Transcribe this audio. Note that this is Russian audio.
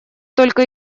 только